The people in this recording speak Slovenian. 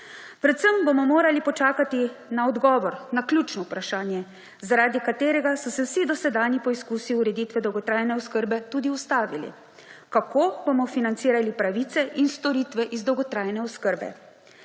Predvsem bomo morali počakati na odgovor, na ključno vprašanje, zaradi katerega so se vsi dosedanji poizkusi ureditve dolgotrajne oskrbe tudi ustavili, kako bomo financirali pravice in storitve iz dolgotrajne oskrbe.